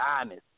honest